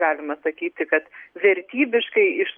galima sakyti kad vertybiškai iš